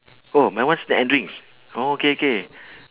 oh my one snack and drinks oh okay K